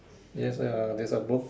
yes like uh there's a book